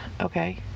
Okay